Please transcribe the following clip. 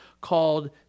called